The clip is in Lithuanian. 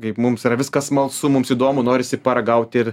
kaip mums yra viskas smalsu mums įdomu norisi paragaut ir